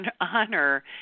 honor